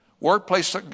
Workplace